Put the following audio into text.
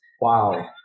Wow